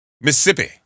mississippi